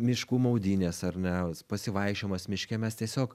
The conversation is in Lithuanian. miškų maudynės ar ne pasivaikščiojimas miške mes tiesiog